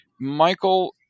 Michael